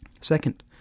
Second